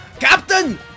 Captain